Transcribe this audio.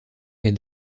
est